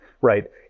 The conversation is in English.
right